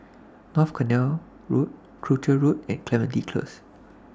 North Canal Road Croucher Road and Clementi Close